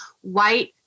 white